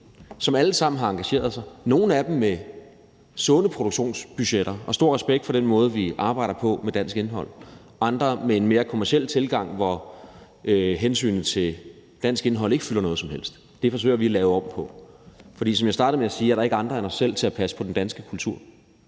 som alle sammen har engageret sig. Nogle af dem har gjort det med sunde produktionsbudgetter, og stor respekt for den måde, vi arbejder med dansk indhold på, andre med en mere kommerciel tilgang, hvor hensynet til dansk indhold ikke fylder noget som helst. Det forsøger vi at lave om på, for som jeg startede med at sige, er der ikke andre end os selv til at passe på den danske kultur